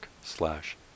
slash